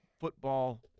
football